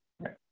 Right